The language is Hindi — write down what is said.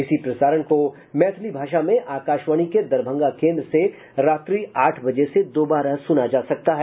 इसी प्रसारण को मैथिली भाषा में आकाशवाणी के दरभंगा केन्द्र से रात्रि आठ बजे से दोबारा सुना जा सकता है